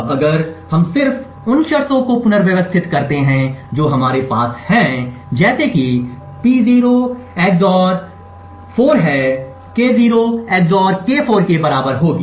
अब अगर हम सिर्फ उन शर्तों को पुनर्व्यवस्थित करते हैं जो हमारे पास हैं जैसे कि P0 XOR 4 है K0 XOR K4 के बराबर होगी